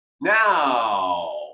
Now